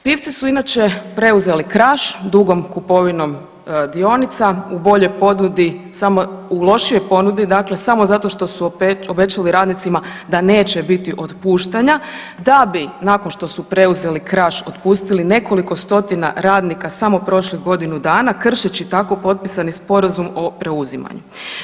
Pivci su inače preuzeli Kraš, dugom kupovinom dionica u boljoj ponudi samo u lošijoj ponudi dakle samo zato što su obećali radnicima da neće biti otpuštanja da bi nakon što su preuzeli Kraš otpustili nekoliko stotina radina samo prošlih godinu dana kršeći tako potpisani sporazum o preuzimanju.